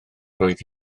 roedd